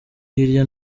hirya